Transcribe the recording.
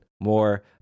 more